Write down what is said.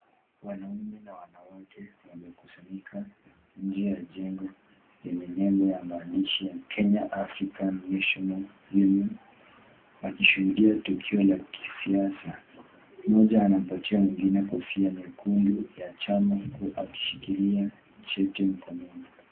Wanaume na wanawake wakisanyika nje ya jengo lenye nembo ya maandishi ya Kenya African National Union, wakishuhudia tukio la kisiasa. Mmoja anapatia mwingine kofia ya nyekundu ya chama huku akishikilia cheti mkononi.